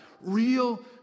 real